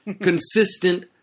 consistent